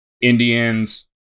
Indians